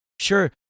Sure